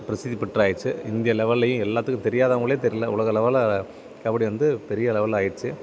பிரஸித்தி பெற்றாயிடிச்சு இந்திய லெவல்லையும் எல்லாத்துக்கும் தெரியாதவங்களே தெர்யல உலகளவில் கபடி வந்து பெரிய லெவல்ல ஆயிடிச்சு